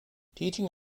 teaching